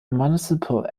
municipal